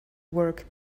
work